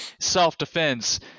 self-defense